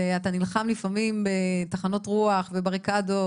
ואתה נלחם לפעמים בתחנות רוח ובריקדות,